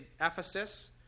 Ephesus